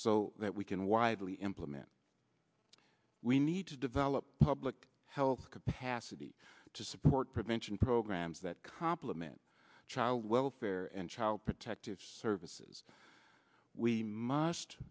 so that we can widely implement we need to develop public health capacity to support prevention programs that compliment child welfare and child protective services we must